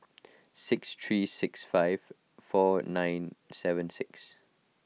six three six five four nine seven six